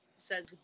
says